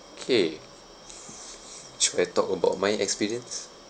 kay should I talk about my experience